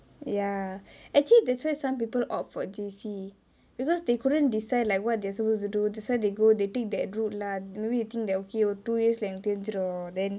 ya actually that's why some people opt for J_C because they couldn't decide like what they're supposed to do that's why they go they take that route lah then they think okay ஒரு:oru two years லே எனக்கு தெரிஞ்சுரோ:lae enaku terinjuro then